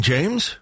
James